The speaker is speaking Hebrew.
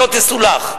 שלא תסולח.